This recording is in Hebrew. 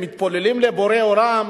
הם מתפללים לבורא עולם,